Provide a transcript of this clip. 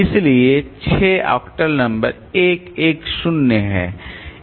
इसलिए 6 octal number 110 है